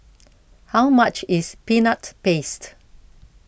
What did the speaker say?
how much is Peanut Paste